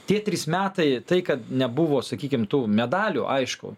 tie trys metai tai kad nebuvo sakykim tų medalių aišku